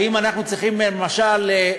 האם אנחנו צריכים, למשל,